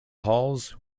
halls